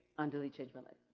undelete changed my